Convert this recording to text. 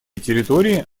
территории